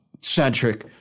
Centric